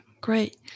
great